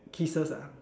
kisses ah